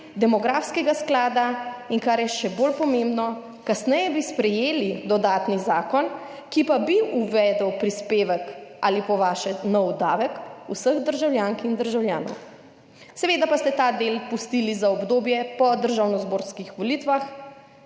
demografskega sklada in kar je še bolj pomembno. Kasneje bi sprejeli dodatni zakon, ki pa bi uvedel prispevek ali po vaše nov davek vseh državljank in državljanov. Seveda pa ste ta del pustili za obdobje po državnozborskih volitvah,